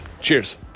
Cheers